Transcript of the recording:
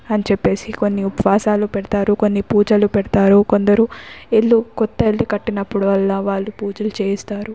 అని చెప్పేసి కొన్ని ఉపవాసాలు పెడతారు కొన్ని పూజలు పెడతారు కొందరు ఇల్లు కొత్త ఇల్లు కట్టినప్పుడల్లా వాళ్ళు పూజలు చేయిస్తారు